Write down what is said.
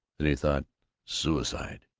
then the thought suicide.